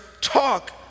talk